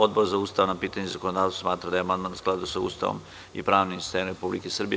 Odbor za ustavna pitanja i zakonodavstvo smatra da je amandman u skladu sa Ustavom i pravnim sistemom Republike Srbije.